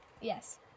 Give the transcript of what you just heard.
Yes